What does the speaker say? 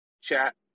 chat